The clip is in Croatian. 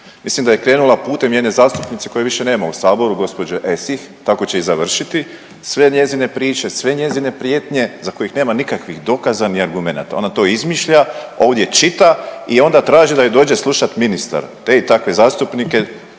Mislim da je krenula putem jedne zastupnice koje više nema u saboru gospođe Esih, tako će i završiti sve njezine priče, sve njezine prijetnje za kojih nema nikakvih dokaza ni argumenata. Ona to izmišlja, ovdje čita i onda traži da ju dođe slušati ministar. Te i takve zastupnike